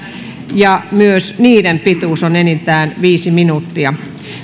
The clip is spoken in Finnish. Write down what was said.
ja myös niiden pituus on enintään viisi minuuttia